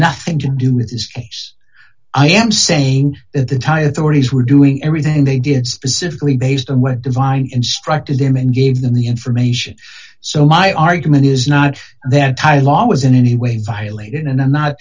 nothing to do with his case i am saying that the thai authorities were doing everything they did specifically based on what divine instructed them and gave them the information so my argument is not there ty law was in any way violated and i'm not